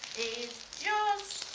he's just